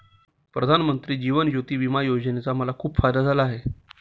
प्रधानमंत्री जीवन ज्योती विमा योजनेचा मला खूप फायदा झाला आहे